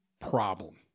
problem